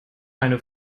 eine